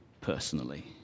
personally